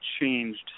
changed